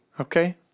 Okay